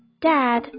Dad